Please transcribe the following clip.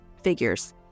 figures